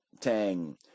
Tang